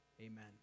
amen